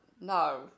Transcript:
No